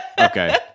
Okay